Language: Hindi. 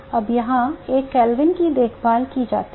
अब यहाँ एक केल्विन की देखभाल की जाती है